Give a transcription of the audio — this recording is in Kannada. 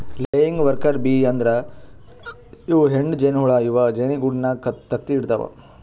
ಲೆಯಿಂಗ್ ವರ್ಕರ್ ಬೀ ಅಂದ್ರ ಇವ್ ಹೆಣ್ಣ್ ಜೇನಹುಳ ಇವ್ ಜೇನಿಗೂಡಿನಾಗ್ ತತ್ತಿ ಇಡತವ್